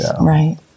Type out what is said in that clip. Right